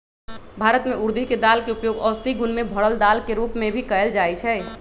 भारत में उर्दी के दाल के उपयोग औषधि गुण से भरल दाल के रूप में भी कएल जाई छई